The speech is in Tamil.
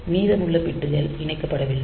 மீதமுள்ள பிட்கள் இணைக்கப்படவில்லை